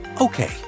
Okay